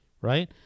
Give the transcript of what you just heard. right